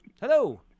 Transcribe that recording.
Hello